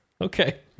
Okay